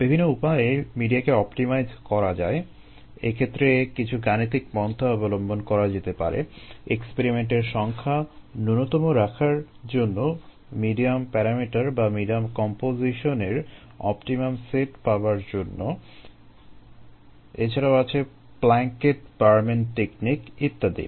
বিভিন্ন উপায়ে মিডিয়াকে অপটিমাইজ করা যায় এক্ষেত্রে কিছু গাণিতিক পন্থা অবলম্বন করা যেতে পারে এক্সপেরিমেন্টের সংখ্যা ন্যূনতম রাখার জন্য মিডিয়াম প্যারামিটার বা মিডিয়াম কম্পোজিশনের অপটিমাম সেট পাবার জন্য এছাড়াও আছে প্ল্যাকেট বারম্যান টেকনিক ইত্যাদি